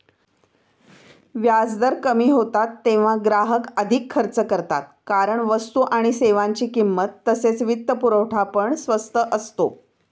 व्याजदर कमी होतात तेव्हा ग्राहक अधिक खर्च करतात कारण वस्तू आणि सेवांची किंमत तसेच वित्तपुरवठा पण स्वस्त असतो